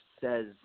says